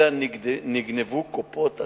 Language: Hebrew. אלא נגנבו קופות הצדקה.